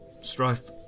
Strife